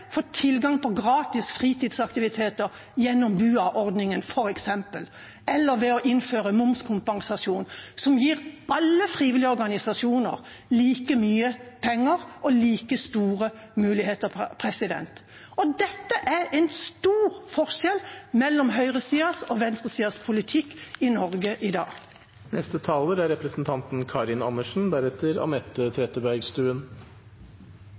tilgang på gratis fritidsaktiviteter gjennom f.eks. BUA-ordningen, eller ved å innføre momskompensasjon, som gir alle frivillige organisasjoner like mye penger og like store muligheter. Og dette er en stor forskjell mellom høyresidas og venstresidas politikk i Norge i dag. Jeg tror jeg blir nødt til å gjenta det som er